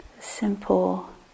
Simple